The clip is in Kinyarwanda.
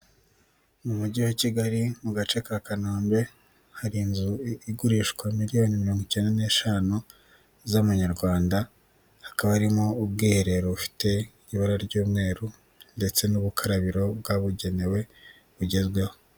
Mu mujyi wa Kigali mu gace ka Kanombe hari inzu igurishwa miliyoni mirongo ikeda n'eshanu z'amanyarwanda, hakaba harimo ubwiherero bufite ibara ry'umweru, ndetse n'ubukarabiro bwabugenewe bugezweho.